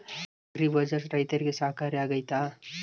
Agri Bazaar ರೈತರಿಗೆ ಸಹಕಾರಿ ಆಗ್ತೈತಾ?